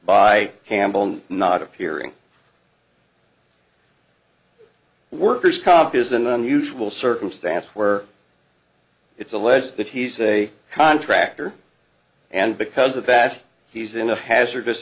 by campbell not appearing worker's comp is an unusual circumstance where it's alleged that he's a contractor and because of that he's in a hazardous